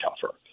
tougher